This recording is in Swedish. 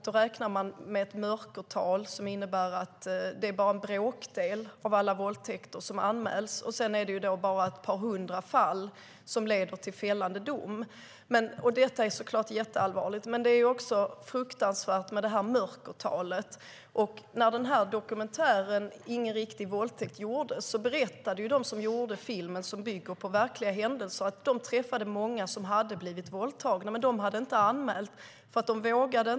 Då räknar man med ett mörkertal vilket innebär att bara en bråkdel av alla våldtäkter anmäls. Sedan är det bara ett par hundra fall som leder till fällande dom. Detta är såklart jätteallvarligt. Men mörkertalet är också fruktansvärt. De som gjorde filmen Ingen riktig våldtäkt , som bygger på verkliga händelser, berättade att de träffade många som hade blivit våldtagna men som inte hade anmält. De inte vågade.